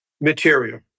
material